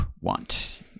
want